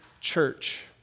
church